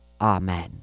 Amen